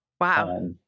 Wow